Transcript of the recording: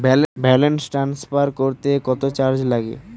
Balance transfer করতে কত charge লাগে?